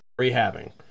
rehabbing